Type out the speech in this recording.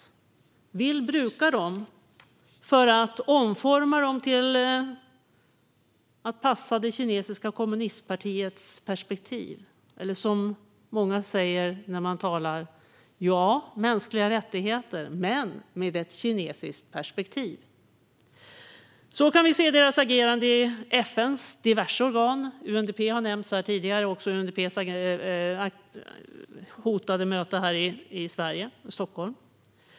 Man vill bruka dem för att omforma dem till att passa det kinesiska kommunistpartiets perspektiv, eller som många säger: ja, mänskliga rättigheter, men med ett kinesiskt perspektiv. Vi kan se deras agerande i FN:s diverse organ. UNDP och dess hotade möte här i Stockholm har nämnts tidigare.